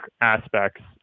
aspects